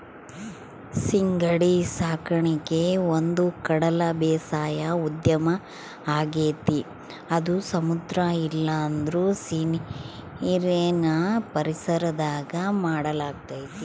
ಸೀಗಡಿ ಸಾಕಣಿಕೆ ಒಂದುಕಡಲ ಬೇಸಾಯ ಉದ್ಯಮ ಆಗೆತೆ ಅದು ಸಮುದ್ರ ಇಲ್ಲಂದ್ರ ಸೀನೀರಿನ್ ಪರಿಸರದಾಗ ಮಾಡಲಾಗ್ತತೆ